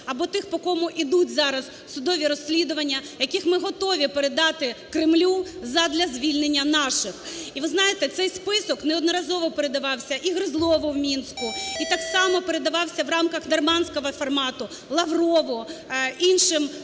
або тих, по кому ідуть зараз судові розслідування, яких ми готові передати Кремлю задля звільнення наших. І ви знаєте, цей список неодноразово передавався і Гризлову у Мінську і так само передавався у рамках нормандського формату Лаврову, іншим